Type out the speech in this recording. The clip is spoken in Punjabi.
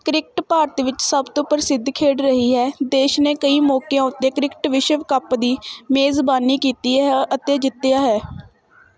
ਕ੍ਰਿਕਟ ਭਾਰਤ ਵਿੱਚ ਸਭ ਤੋਂ ਪ੍ਰਸਿੱਧ ਖੇਡ ਰਹੀ ਹੈ ਦੇਸ਼ ਨੇ ਕਈ ਮੌਕਿਆਂ ਉੱਤੇ ਕ੍ਰਿਕਟ ਵਿਸ਼ਵ ਕੱਪ ਦੀ ਮੇਜ਼ਬਾਨੀ ਕੀਤੀ ਹੈ ਅਤੇ ਜਿੱਤਿਆ ਹੈ